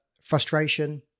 frustration